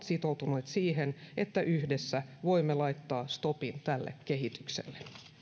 sitoutuneet siihen että yhdessä voimme laittaa stopin tälle kehitykselle